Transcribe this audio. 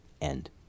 end